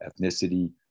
ethnicity